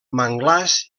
manglars